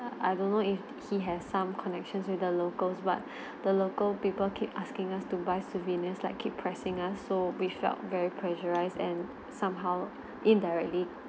I don't know if he has some connections with the locals but the local people keep asking us to buy souvenirs like keep pressing us so we felt very pressurized and somehow indirectly